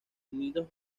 nidos